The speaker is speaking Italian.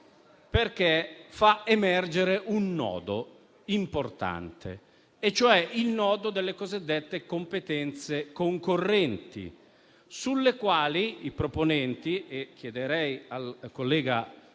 perché fa emergere un nodo importante e cioè quello delle cosiddette competenze concorrenti, sulle quali i proponenti - chiederei al collega